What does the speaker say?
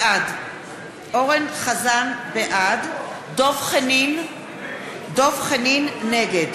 בעד דב חנין, נגד